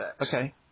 Okay